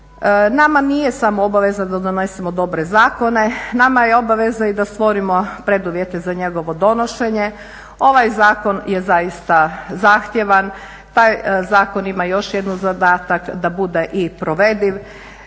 Nama nije samo obaveza da donesemo dobre zakone, nama je obaveza i da stvorimo preduvjete za njegovo donošenje. Ovaj zakon je zaista zahtjevan, taj zakon ima još jedan zadatak da bude i provediv.